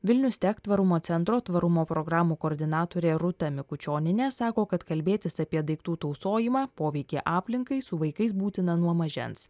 vilnius tech tvarumo centro tvarumo programų koordinatorė rūta mikučionienė sako kad kalbėtis apie daiktų tausojimą poveikį aplinkai su vaikais būtina nuo mažens